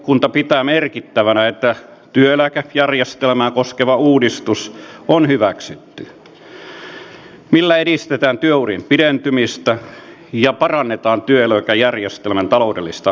valiokunta pitää merkittävänä että työeläkejärjestelmää koskeva uudistus on hyväksytty millä edistetään työurien pidentymistä ja parannetaan työeläkejärjestelmän taloudellista kestävyyttä